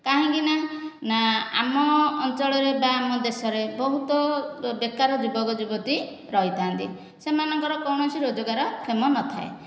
କାହିଁକି ନା ନା ଆମ ଅଞ୍ଚଳରେ ବା ଆମ ଦେଶରେ ବହୁତ ବେକାର ଯୁବକ ଯୁବତୀ ରହିଥାନ୍ତି ସେମାନଙ୍କର କୌଣସି ରୋଜଗାର କ୍ଷମ ନଥାଏ